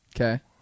Okay